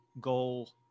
goal